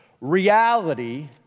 Reality